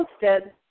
posted